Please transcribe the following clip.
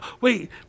wait